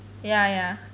ya ya